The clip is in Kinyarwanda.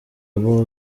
abo